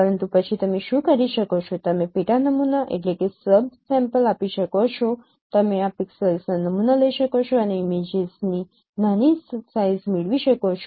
પરંતુ પછી તમે શું કરી શકો છો તમે પેટા નમૂના આપી શકો છો તમે આ પિક્સેલ્સના નમૂના લઈ શકો છો અને ઇમેજીસની નાની સાઇઝ મેળવી શકો છો